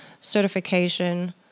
certification